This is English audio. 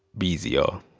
be easy, um